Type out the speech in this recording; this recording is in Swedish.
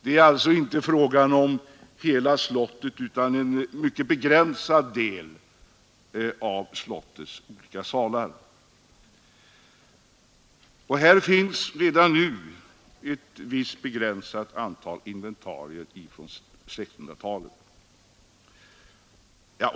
Det är alltså inte fråga om hela slottet utan om ett litet antal salar. Här finns redan nu ett begränsat antal inventarier från 1600-talet.